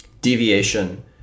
deviation